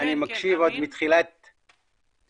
אני מקשיב עוד מתחילת הישיבה.